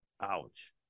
Ouch